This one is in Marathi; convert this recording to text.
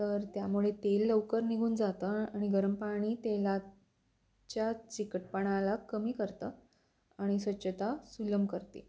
तर त्यामुळे तेल लवकर निघून जातं आणि गरम पाणी तेलाच्या चिकटपणाला कमी करतं आणि स्वच्छता सुलभ करते